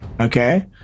Okay